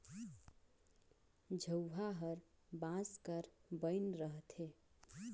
झउहा हर बांस कर बइन रहथे